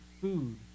food